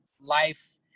life